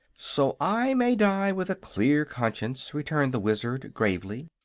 so i may die with a clear conscience, returned the wizard, gravely.